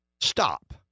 Stop